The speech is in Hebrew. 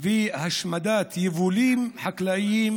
והשמדת יבולים חקלאיים